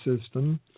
system